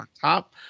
Top